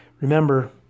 Remember